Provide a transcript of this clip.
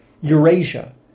Eurasia